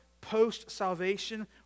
post-salvation